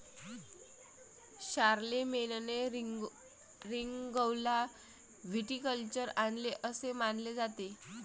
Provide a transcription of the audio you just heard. शारलेमेनने रिंगौला व्हिटिकल्चर आणले असे मानले जाते